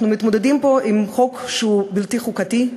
אנחנו מתמודדים פה עם חוק שהוא בלתי חוקתי,